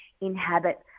inhabit